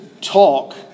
talk